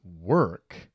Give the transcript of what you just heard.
work